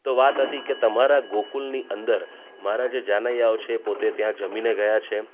તો વાત હતી કે તમારા ગોકુલની અંદર મારા જે જાનૈયાઓ છે તે પોતે ત્યાં જમીને ગયા છે